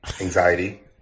Anxiety